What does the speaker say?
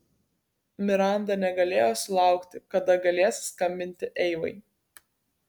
miranda negalėjo sulaukti kada galės skambinti eivai